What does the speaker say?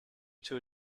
two